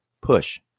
push